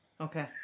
okay